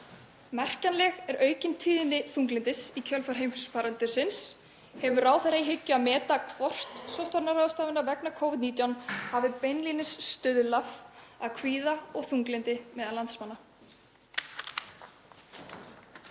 Merkjanleg er aukin tíðni þunglyndis í kjölfar heimsfaraldursins. Hefur ráðherra í hyggju að meta hvort sóttvarnaráðstafanir vegna Covid-19 hafi beinlínis stuðlað að kvíða og þunglyndi meðal landsmanna?